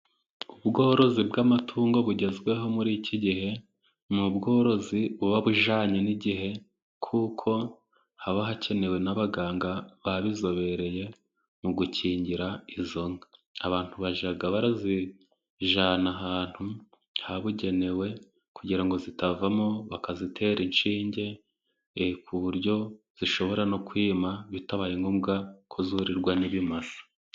Ubworozi bw'amatungo bugezweho muri iki gihe ni ubworozi buba bujyanye n'igihe, kuko haba hakenewe n'abaganga babizobereye mu gukingira izo nka. Abantu bajya bazijyana ahantu habugenewe kugira ngo zitavamo, bakazitera inshinge, ku buryo zishobora no kwima bitabaye ngombwa ko zurirwa n'ibimasa.